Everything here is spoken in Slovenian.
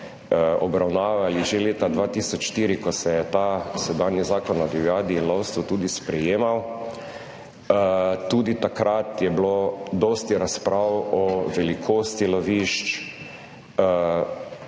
(nadaljevanje) že leta 2004, ko se je ta sedanji Zakon o divjadi in lovstvu tudi sprejemal. Tudi takrat je bilo dosti razprav o velikosti lovišč,